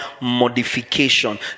modification